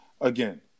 again